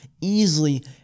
easily